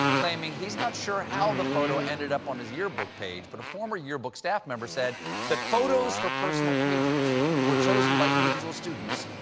claiming he's not sure how the photo ended up on his yearbook page. but a former yearbook staff member said that photos for personal pages were chosen by individual students,